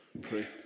pray